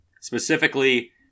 Specifically